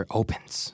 opens